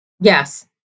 yes